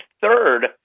third